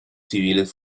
civiles